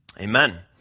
Amen